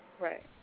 Right